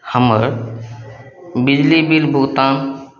हमर बिजली बिल भुगतान